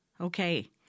Okay